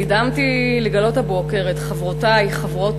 נדהמתי לגלות הבוקר את חברותי חברות